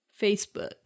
Facebook